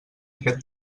aquest